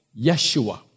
Yeshua